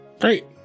Great